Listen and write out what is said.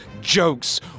jokes